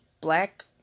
black